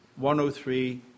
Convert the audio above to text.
103